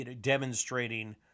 demonstrating